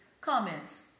comments